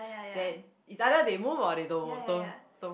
then it's either they move or they don't move so so